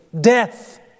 Death